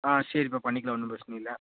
ஆ சரிப்பா பண்ணிக்கலாம் ஒன்றும் பிரச்சனை இல்லை